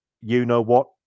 you-know-what